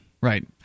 right